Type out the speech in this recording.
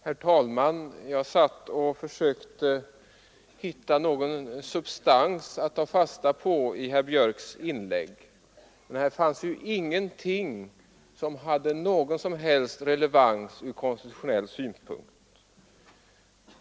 Herr talman! Jag satt och försökte hitta någon substans att ta fasta på i herr Björcks i Nässjö inlägg, men där fanns ingenting som hade någon som helst relevans ur konstitutionell synpunkt.